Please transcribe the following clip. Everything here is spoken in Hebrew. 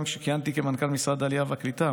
גם כשכיהנתי כמנכ"ל משרד העלייה והקליטה,